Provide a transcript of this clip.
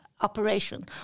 operation